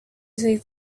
see